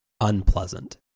Unpleasant